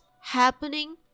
happening